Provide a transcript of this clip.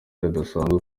rudasanzwe